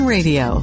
Radio